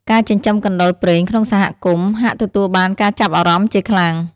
ការចិញ្ចឹមកណ្ដុរព្រែងក្នុងសហគមន៍ ហាក់ទទួលបានការចាប់អារម្មណ៍ជាខ្លាំង។